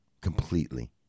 completely